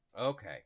Okay